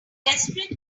desperate